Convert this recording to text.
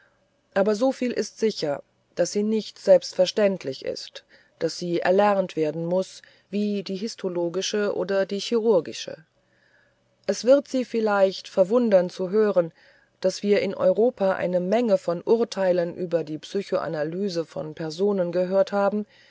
aber so viel ist sicher daß sie nicht selbstverständlich ist daß sie erlernt werden muß wie die histologische oder die chirurgische es wird sie vielleicht verwundern zu hören daß wir in europa eine menge von urteilen über die psychoanalyse von personen gehört haben